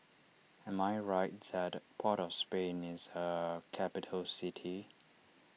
am I right that Port of Spain is a capital city